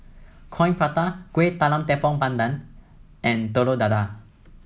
Coin Prata Kueh Talam Tepong Pandan and Telur Dadah